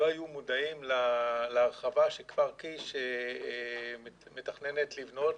לא היו מודעים להרחבה שכפר קיש מתכננת לבנות.